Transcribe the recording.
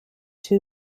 two